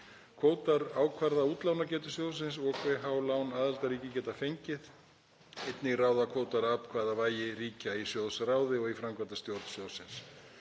Kvótar ákvarða útlánagetu sjóðsins og hve há lán aðildarríki geta fengið. Einnig ráða kvótar atkvæðavægi ríkja í sjóðsráði og í framkvæmdastjórn sjóðsins.